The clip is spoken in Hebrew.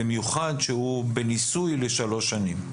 במיוחד שהוא בניסוי לשלוש שנים.